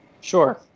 sure